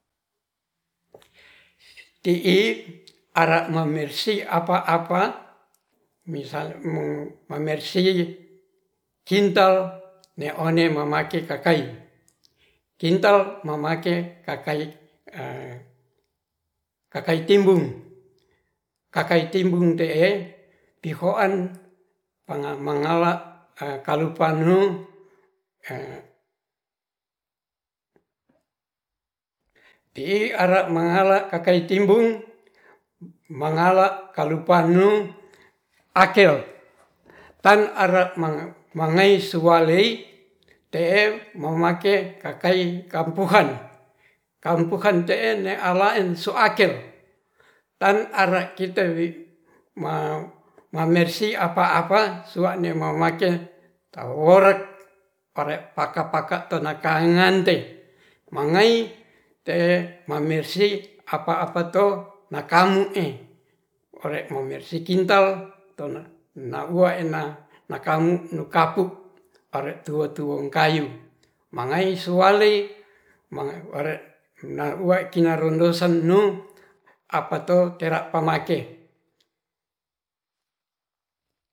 Ti'i ara mabersi apa-apa misal mebersih kintal memake kakai kintal mamake kakai kakai timbung, pakai timbung te'e tihoan manga mangala kalu pannu ti'i ara mangala kakai timbung malala kalupanu akel tan are mangaesualei te'e mamake kakai kampuhan, kampuhan te'e ne ala'en suakel tan ara kitewi ma mamersih apa-apa suane mamake taworet paka-paka tonakangente mangai te mersi apa-apa to makamu'e ore mebersih kintal kapuk ore tuo-tuo kayu mangaisualei kinnarosonnu apato tera pamake